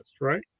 Right